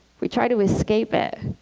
we try to escape it